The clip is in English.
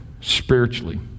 spiritually